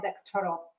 external